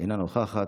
אינו נוכח,